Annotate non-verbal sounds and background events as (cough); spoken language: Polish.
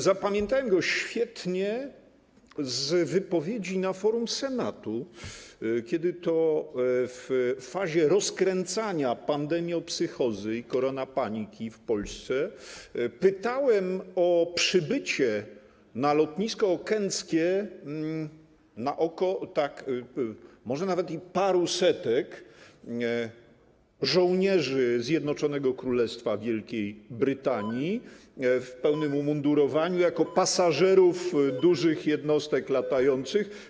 Zapamiętałem go świetnie z wypowiedzi na forum Senatu, kiedy to w fazie rozkręcania pandemiopsychozy i koronapaniki w Polsce pytałem o przybycie na lotnisko okęckie na oko tak może nawet i paru setek żołnierzy Zjednoczonego Królestwa Wielkiej Brytanii (noise) w pełnym umundurowaniu, jako pasażerów dużych jednostek latających.